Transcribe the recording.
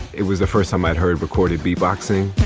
it was the first time i'd heard recorded beatboxing